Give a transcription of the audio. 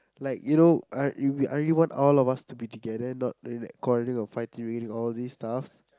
like you know I really I really want all us to be together not really like quarreling or fighting reading all this stuff